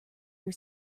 your